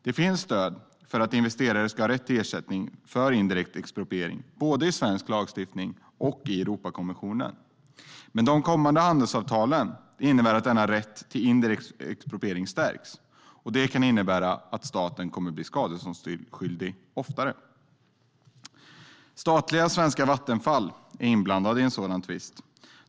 Det finns stöd för att investerare ska ha rätt till ersättning för indirekt expropriering både i svensk lagstiftning och i Europakonventionen, men de kommande handelsavtalen innebär att denna rätt till ersättning vid indirekt expropriering stärks. Det kan innebära att staten blir skadeståndsskyldig oftare. Statliga svenska Vattenfall är inblandat i en sådan tvist.